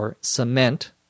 cement